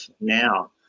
now